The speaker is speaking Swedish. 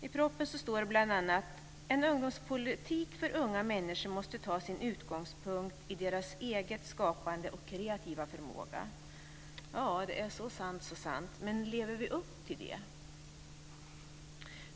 I propositionen står det bl.a.: "En kulturpolitik för unga människor måste ta sin utgångspunkt i deras eget skapande och kreativa förmåga." Det är så sant, så sant, men lever vi upp till det?